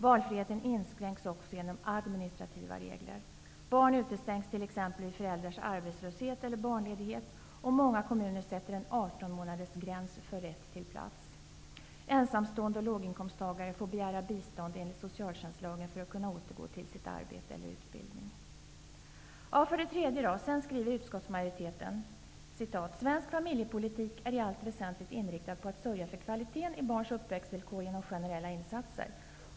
Valfriheten inskränks också genom administrativa regler. Barn utestängs t.ex. Många kommuner har satt en 18-månadersgräns för rätt till plats. Ensamstående och låginkomsttagare får begära bistånd enligt socialtjänstlagen för att kunna återgå till sitt arbete eller sin utbildning. För det tredje: Vidare skriver utskottsmajoriteten: ''svensk familjepolitik är i allt väsentligt inriktad på att sörja för kvaliteten i barns uppväxtvillkor genom generella insatser --''.